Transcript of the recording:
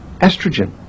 estrogen